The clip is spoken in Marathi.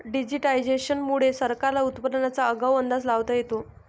डिजिटायझेशन मुळे सरकारला उत्पादनाचा आगाऊ अंदाज लावता येतो